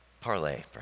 parlay